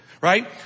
Right